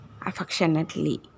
affectionately